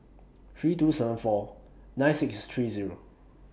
three two seven four nine six three Zero